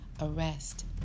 arrest